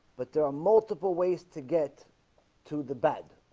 but there are multiple ways to get to the bed